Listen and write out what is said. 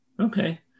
Okay